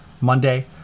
Monday